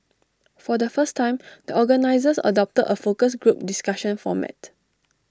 for the first time the organisers adopted A focus group discussion format